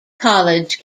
college